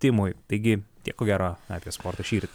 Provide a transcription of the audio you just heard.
timui taigi tiek ko gero apie sportą šįryt